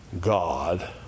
God